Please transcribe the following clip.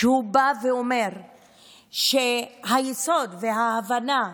הוא שהוא בא ואומר שהיסוד וההבנה,